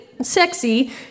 sexy